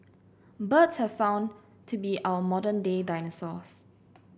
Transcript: birds have found to be our modern day dinosaurs